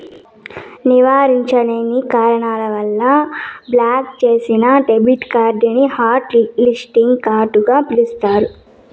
నివారించలేని కారణాల వల్ల బ్లాక్ చేసిన డెబిట్ కార్డుని హాట్ లిస్టింగ్ కార్డుగ పిలుస్తారు